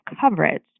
coverage